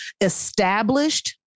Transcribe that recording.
established